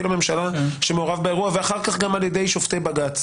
לממשלה שמעורב באירוע ואחר-כך גם על-ידי שופטי בג"ץ